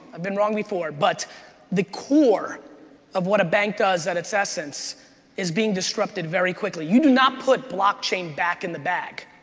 i've been wrong before, but the core of what a bank does at its essence is being disrupted very quickly. you do not put blockchain back in the bag.